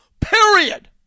period